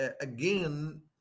again